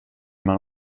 man